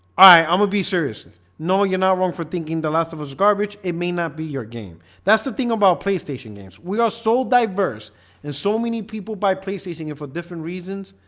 um be seriously. no, you're not wrong for thinking the last of us garbage. it may not be your game that's the thing about playstation games. we are so diverse and so many people buy play stating it for different reasons